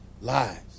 lives